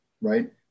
right